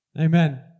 amen